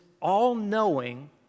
all-knowing